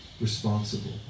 responsible